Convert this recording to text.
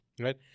Right